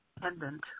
pendant